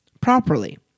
properly